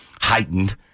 heightened